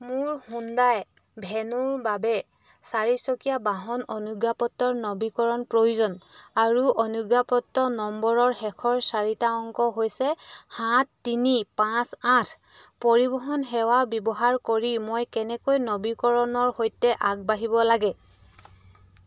মোৰ হুণ্ডাই ভেন্যুৰ বাবে চাৰিচকীয়া বাহন অনুজ্ঞাপত্ৰৰ নৱীকৰণ প্ৰয়োজন আৰু অনুজ্ঞাপত্ৰ নম্বৰৰ শেষৰ চাৰিটা অংক হৈছে সাত তিনি পাঁচ আঠ পৰিবহণ সেৱা ব্যৱহাৰ কৰি মই কেনেকৈ নৱীকৰণৰ সৈতে আগবাঢ়িব লাগে